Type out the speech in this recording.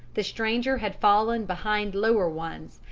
the stranger had fallen behind lower ones,